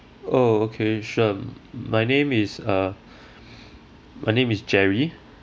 oh okay sure my name is uh my name is jerry